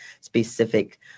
specific